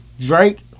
Drake